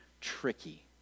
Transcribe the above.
tricky